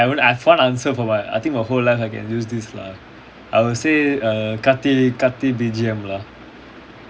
I would I have one answer for my I think my whole life I can use this lah I would say err Karthi B_G_M lah